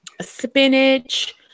spinach